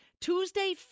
Tuesday